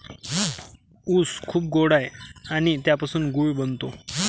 ऊस खूप गोड आहे आणि त्यापासून गूळ बनतो